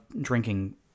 drinking